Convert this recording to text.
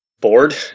bored